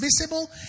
visible